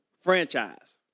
franchise